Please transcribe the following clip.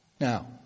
Now